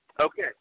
Okay